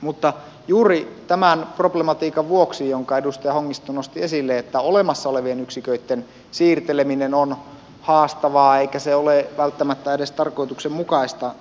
mutta juuri tämän problematiikan vuoksi jonka edustaja hongisto nosti esille että olemassa olevien yksiköitten siirteleminen on haastavaa eikä se ole välttämättä edes tarkoituksenmukaista